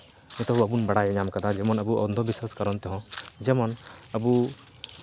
ᱱᱤᱛᱚᱜ ᱵᱟᱵᱚᱱ ᱵᱟᱲᱟᱭ ᱧᱟᱢ ᱠᱟᱫᱟ ᱡᱮᱢᱚᱱ ᱟᱵᱚ ᱚᱱᱫᱷᱚ ᱵᱤᱥᱥᱟᱥ ᱠᱟᱨᱚᱱ ᱛᱮᱦᱚᱸ ᱡᱮᱢᱚᱱ ᱟᱵᱚ